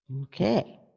Okay